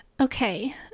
Okay